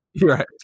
right